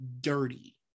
dirty